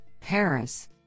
Paris